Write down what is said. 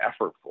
effortful